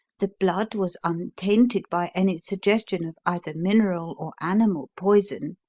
the blood was untainted by any suggestion of either mineral or animal poison,